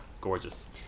gorgeous